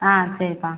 ஆ சரிப்பா